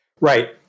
Right